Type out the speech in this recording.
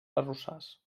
arrossars